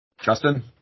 Justin